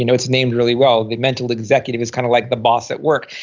you know it's named really well. the mental executive is kind of like the boss at work.